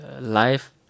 life